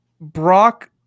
brock